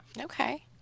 Okay